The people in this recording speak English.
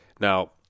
Now